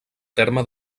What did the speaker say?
terme